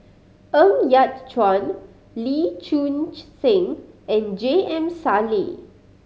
Ng Yat Chuan Lee Choon Seng and J M Sali